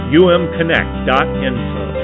umconnect.info